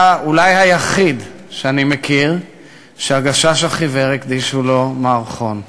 אתה אולי היחיד שאני מכיר ש"הגשש החיוור" הקדישו לו מערכון,